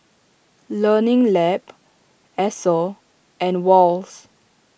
Learning Lab Esso and Wall's